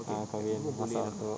ah kahwin masak untuk